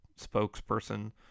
spokesperson